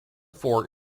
fort